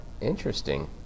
Interesting